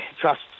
trust